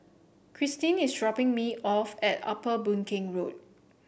Kristyn is dropping me off at Upper Boon Keng Road